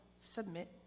submit